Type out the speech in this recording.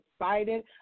excited